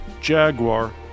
Jaguar